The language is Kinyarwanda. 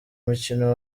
mukino